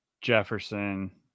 Jefferson